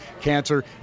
cancer